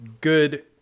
good